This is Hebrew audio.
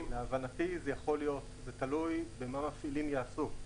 --- להבנתי זה מאוד תלוי במה --- יעשו.